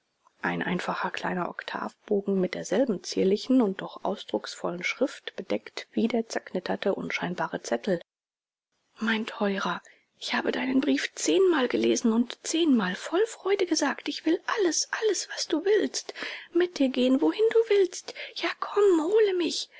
ein einfacher kleiner oktavbogen mit derselben zierlichen und doch ausdrucksvollen schrift bedeckt wie der zerknitterte unscheinbare zettel mein teurer ich habe deinen brief zehnmal gelesen und zehnmal voll freude gesagt ich will alles alles was du willst mit dir gehen wohin du willst ja komm hole mich